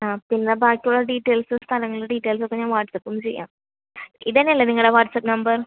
ആ പിന്നെ ബാക്കിയുള്ള ഡീറ്റെയിൽസ് സ്ഥലങ്ങളുടെ ഡീറ്റെയിൽസ് ഒക്കെ ഞാൻ വാട്ട്സ്ആപ്പും ചെയ്യാം ഇത് തന്നെ അല്ലേ നിങ്ങളുടെ വാട്ട്സ്ആപ്പ് നമ്പർ